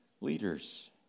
leaders